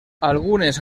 algunes